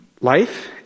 Life